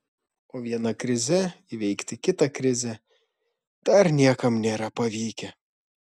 o viena krize įveikti kitą krizę dar niekam nėra pavykę